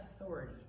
authority